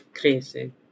Crazy